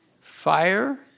Fire